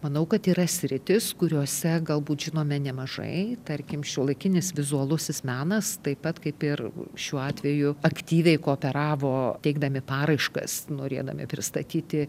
manau kad yra sritys kuriose galbūt žinome nemažai tarkim šiuolaikinis vizualusis menas taip pat kaip ir šiuo atveju aktyviai kooperavo teikdami paraiškas norėdami pristatyti